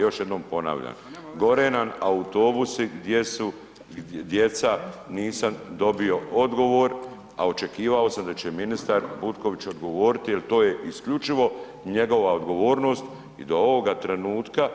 Još jednom, gore nam autobusi gdje su djeca, nisam dobio odgovor a očekivao sam da će ministar Butković odgovoriti jer to je isključivo njega odgovornost i do ovoga trenutka,